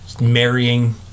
marrying